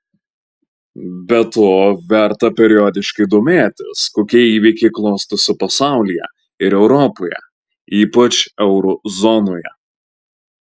be to verta periodiškai domėtis kokie įvykiai klostosi pasaulyje ir europoje ypač euro zonoje